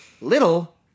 little